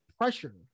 pressure